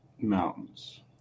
mountains